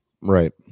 Right